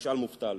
תשאל מובטל.